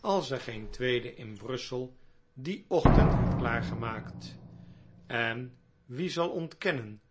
als er geen tweede in brussel dien ochtend werd klaargemaakt en wie zal ontkennen